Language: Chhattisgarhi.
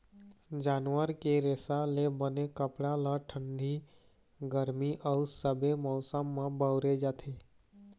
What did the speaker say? जानवर के रेसा ले बने कपड़ा ल ठंडी, गरमी अउ सबे मउसम म बउरे जाथे